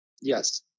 Yes